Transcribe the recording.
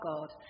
God